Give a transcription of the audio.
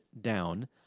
Down